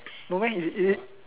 no meh is is it